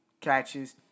catches